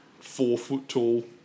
four-foot-tall